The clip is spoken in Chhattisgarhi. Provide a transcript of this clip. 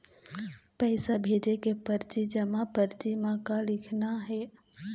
पैसा भेजे के परची जमा परची म का लिखना हे?